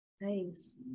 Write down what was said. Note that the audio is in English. Nice